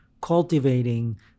cultivating